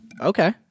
Okay